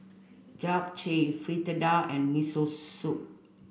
Japchae Fritada and Miso Soup